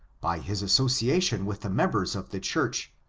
by his association with the members of the church,